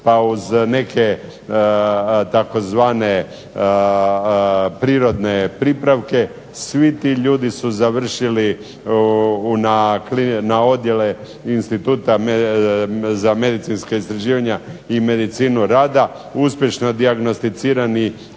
pa uz neke tzv. prirodne pripravke svi ti ljudi su završili na odjelu instituta za medicinska istraživanja i medicinu rada, uspješno dijagnosticirani